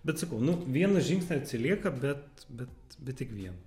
bet sakau nu vieną žingsnį atsilieka bet bet bet tik vieną